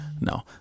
No